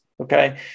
okay